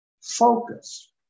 focus